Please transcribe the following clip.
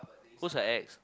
who's her ex